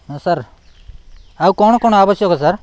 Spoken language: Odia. ହଁ ସାର୍ ଆଉ କ'ଣ କ'ଣ ଆବଶ୍ୟକ ସାର୍